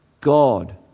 God